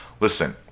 listen